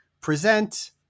present